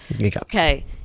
Okay